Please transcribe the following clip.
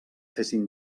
fessin